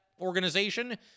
organization